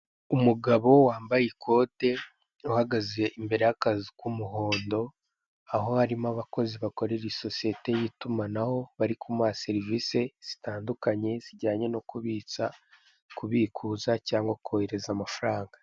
Umugabo wambaye ikote uhagaze imbere y'akazu k'umuhondo aho harimo abakozi bakorera isosiyete y'itumanaho, bari kumuha serivise zitandukanye zijyanye no kubitsa, kubikuza cyangwa kohereza amafaranga.